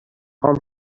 خواهم